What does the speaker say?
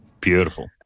Beautiful